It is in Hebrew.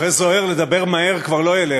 אחרי זוהיר לדבר מהר כבר לא ילך,